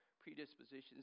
predispositions